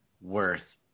worth